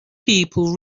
people